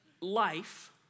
life